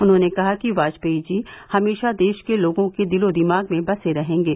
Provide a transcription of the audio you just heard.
उन्होंने कहा कि वाजपेयी जी हमेशा देश के लोगों के दिलों दिमाग में बसे रहेंगे